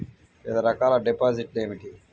వివిధ రకాల డిపాజిట్లు ఏమిటీ?